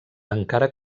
encara